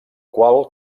qual